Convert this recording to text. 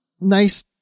nice